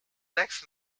next